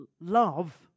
love